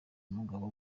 umugabo